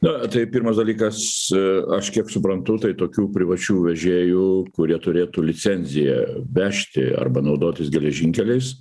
na tai pirmas dalykas aš kiek suprantu tai tokių privačių vežėjų kurie turėtų licenciją vežti arba naudotis geležinkeliais